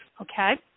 okay